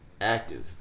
active